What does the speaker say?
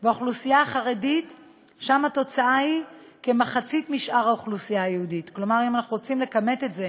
רוצה לבוא ולבטל את הגט